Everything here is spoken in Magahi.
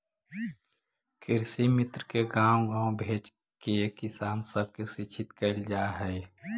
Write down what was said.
कृषिमित्र के गाँव गाँव भेजके किसान सब के शिक्षित कैल जा हई